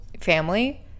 family